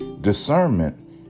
Discernment